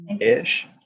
Ish